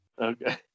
Okay